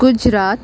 Gujarat